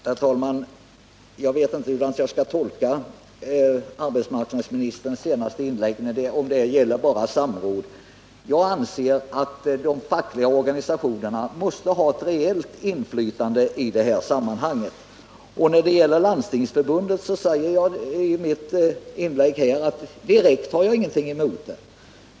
Herr talman! Jag vet inte hur jag skall tolka arbetsmarknadsministerns senaste inlägg beträffande samrådet. Jag anser att de fackliga organisationerna måste ha ett rejält inflytande i det här sammanhanget. Jag sade i mitt inlägg att jag inte har något särskilt emot Landstingsförbundets medverkan.